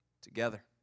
together